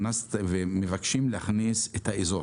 מבקשים להכניס את האזור.